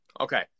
Okay